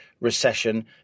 recession